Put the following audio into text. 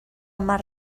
mar